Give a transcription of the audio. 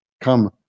come